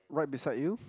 right beside you